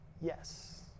yes